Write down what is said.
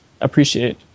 appreciate